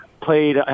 played